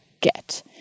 get